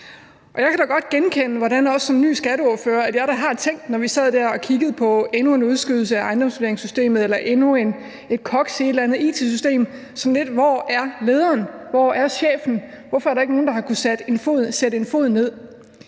jeg kan da godt huske, hvordan jeg som ny skatteordfører, når vi sad der og kiggede på endnu en udskydelse af ejendomsvurderingssystemet eller endnu et koks i et eller andet it-system, har tænkt: Hvor er lederen? Hvor er chefen? Hvorfor er der ikke nogen, der har kunnet sætte foden ned?